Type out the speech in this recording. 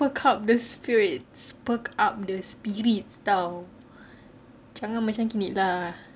perk up the spirits perk up the spirits [tau] jangan macam gini lah